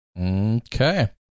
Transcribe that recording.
Okay